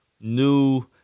new